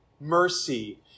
mercy